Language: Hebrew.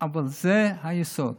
אבל זה היסוד.